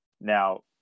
Now